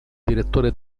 direttore